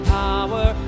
power